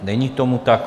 Není tomu tak.